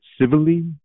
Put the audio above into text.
civilly